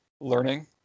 learning